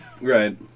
Right